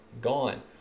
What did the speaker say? gone